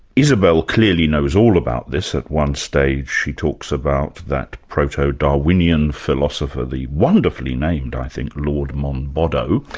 isabel clearly knows all about this at one stage she talks about that proto-darwinian philosopher, the wonderfully named i think, lord monboddo.